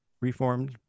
reformed